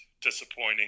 disappointing